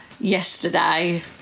yesterday